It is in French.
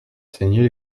ceignait